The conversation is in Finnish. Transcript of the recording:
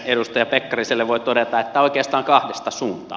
edustaja pekkariselle voi todeta että oikeastaan kahdesta suuntaa